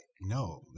no